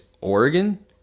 Oregon